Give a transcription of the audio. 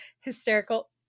hysterical